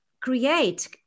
create